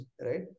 right